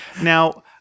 Now